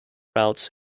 routes